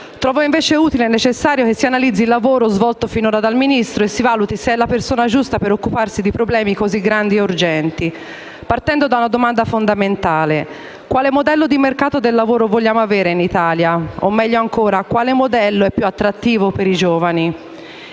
Trovo invece utile e necessario che si analizzi il lavoro svolto finora dal Ministro e si valuti se è la persona giusta per occuparsi di problemi così grandi e urgenti, partendo da una domanda fondamentale: quale modello di mercato del lavoro vogliamo avere in Italia? O, meglio ancora, quale modello è più attrattivo per i giovani?